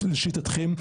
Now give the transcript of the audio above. לשיטתכם,